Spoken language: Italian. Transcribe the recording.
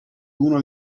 uno